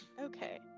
Okay